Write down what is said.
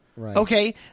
Okay